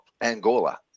Angola